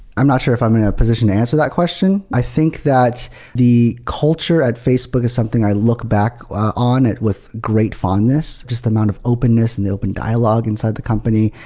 i'm not sure if i'm in a position to answer that question. i think that the culture at facebook is something i look back on with great fondness just the amount of openness and the open dialogue inside the company.